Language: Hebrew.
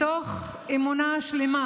מתוך אמונה שלמה